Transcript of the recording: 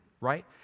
right